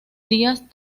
días